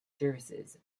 services